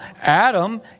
Adam